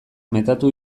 metatu